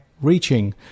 Reaching